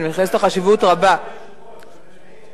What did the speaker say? שאני מייחסת לה חשיבות רבה, סליחה?